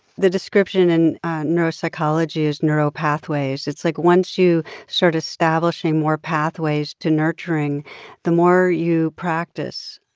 the description in neuropsychology is neural pathways. it's like, once you start establishing more pathways to nurturing the more you practice,